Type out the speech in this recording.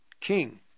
king